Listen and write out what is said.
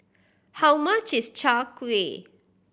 how much is Chai Kueh